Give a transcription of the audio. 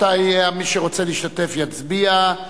רבותי, מי שרוצה להשתתף, יצביע.